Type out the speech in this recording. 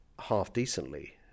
half-decently